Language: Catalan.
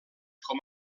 com